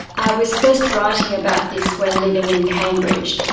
i was first writing about this when living in cambridge,